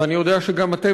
ואני יודע שגם אתם,